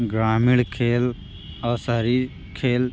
ग्रामीण खेल और शहरी खेल